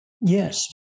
Yes